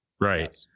Right